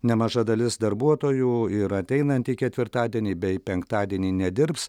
nemaža dalis darbuotojų ir ateinantį ketvirtadienį bei penktadienį nedirbs